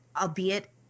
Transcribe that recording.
albeit